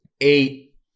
eight